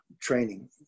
training